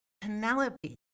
Penelope